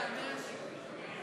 100, 100 שקל.